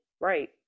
Right